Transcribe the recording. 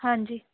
ਹਾਂਜੀ